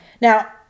Now